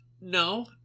No